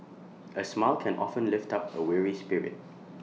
A smile can often lift up A weary spirit